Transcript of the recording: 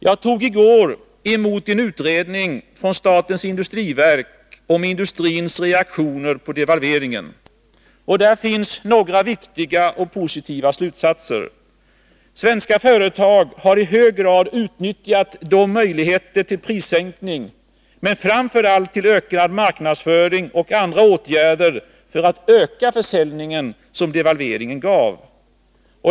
Jag tog i går emot en utredning från statens industriverk om industrins reaktioner på devalveringen. Där finns några viktiga och positiva slutsatser. Svenska företag har i hög grad utnyttjat de möjligheter till prissänkning, men framför allt till ökad marknadsföring och andra åtgärder för att öka försäljningen som devalveringen gav.